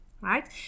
right